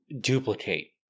duplicate